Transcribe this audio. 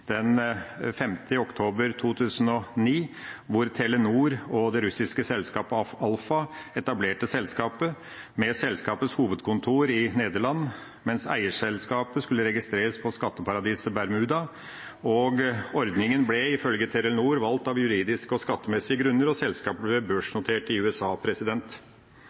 oktober 2009, da Telenor og det russiske selskapet Alfa etablerte selskapet. Selskapets hovedkontor skulle være i Nederland, mens eierselskapet skulle registreres i skatteparadiset Bermuda. Ordningen ble, ifølge Telenor, valgt av juridiske og skattemessige grunner. Selskapet ble børsnotert i USA.